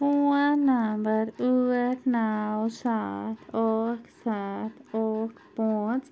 phone number ٲٹھ نو سَتھ ٲٹھ سَتھ ٲٹھ پانٛژھ